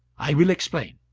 i will explain.